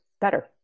better